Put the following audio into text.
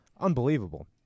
unbelievable